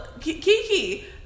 Kiki